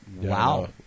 Wow